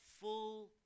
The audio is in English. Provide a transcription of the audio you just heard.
full